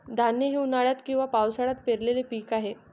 धान हे उन्हाळ्यात किंवा पावसाळ्यात पेरलेले पीक आहे